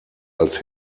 als